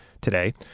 today